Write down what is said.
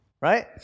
Right